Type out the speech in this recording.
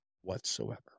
whatsoever